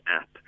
app